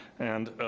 and,